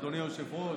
אדוני היושב-ראש,